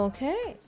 Okay